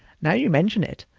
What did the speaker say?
now you mention it,